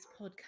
podcast